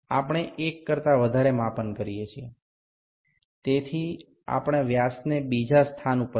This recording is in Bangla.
সুতরাং আমরা অন্য স্থানেও ব্যাসটি পরীক্ষা করব